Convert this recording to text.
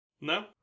No